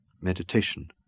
Meditation